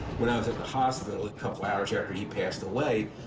when i was at the hospital a couple hours after he passed away,